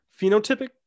phenotypic